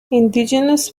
indigenous